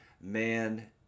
man